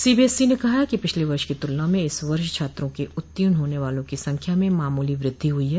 CBSE ने कहा है कि पिछले वर्ष की तुलना में इस वर्ष छात्रों के उत्तीर्ण होने वालों की संख्या में मामूली वृद्धि हुई है